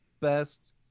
best